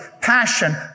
passion